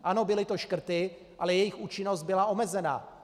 Ano, byly to škrty, ale jejich účinnost byla omezená.